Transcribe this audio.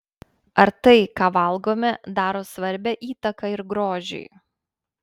ar tai ką valgome daro svarbią įtaką ir grožiui